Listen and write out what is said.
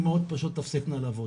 אימהות פשוט תפסקנה לעבוד.